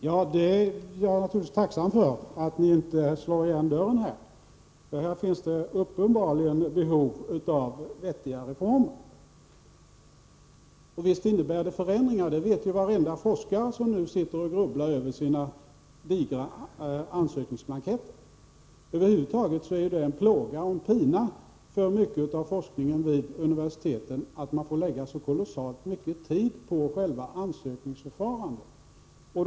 Herr talman! Jag är naturligtvis tacksam för att regeringen inte slår igen dörren. Här finns uppenbarligen behov av vettiga reformer. Visst innebär de nya reglerna förändringar! Det vet varenda forskare som nu sitter och grubblar över sina digra ansökningsblanketter. Över huvud taget innebär det en pina att man i fråga om mycket av forskningen vid universiteten måste lägga ned så kolossalt mycket tid på själva ansökningsförfarandet.